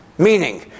Meaning